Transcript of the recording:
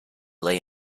lay